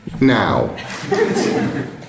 Now